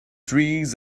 trees